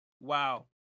Wow